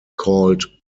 called